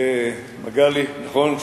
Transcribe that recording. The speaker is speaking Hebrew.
מגלי, נכון?